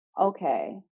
okay